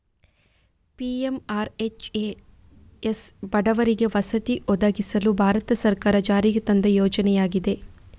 PMRHS ಬಡವರಿಗೆ ವಸತಿ ಒದಗಿಸಲು ಭಾರತ ಸರ್ಕಾರ ಜಾರಿಗೆ ತಂದ ಯೋಜನೆಯಾಗಿದೆ